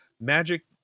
magic